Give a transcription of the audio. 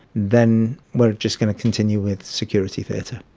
then we are just going to continue with security theatre.